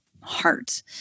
heart